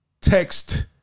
text